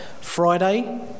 Friday